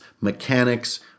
mechanics